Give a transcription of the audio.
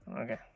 Okay